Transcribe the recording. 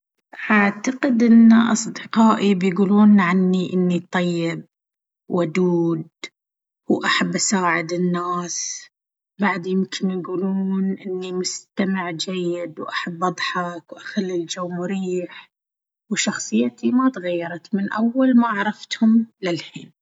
أعتقد أن أصدقائي بيقولون عني إني طيب، ودود، وأحب أساعد الناس. بعد، يمكن يقولون إني مستمع جيد وأحب أضحك وأخلي الجو مريح وشخصيتي ما تغيرت من أول ما عرفتهم للحين.